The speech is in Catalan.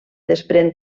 desprèn